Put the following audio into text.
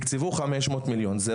במקום זה תקצבו 500 מיליון,